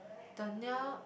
the near